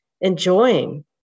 enjoying